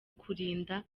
kurindira